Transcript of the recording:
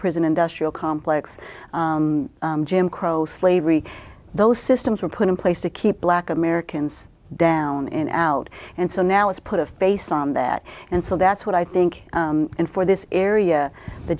prison industrial complex jim crow slavery those systems were put in place to keep black americans down and out and so now it's put a face on that and so that's what i think and for this area the